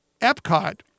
Epcot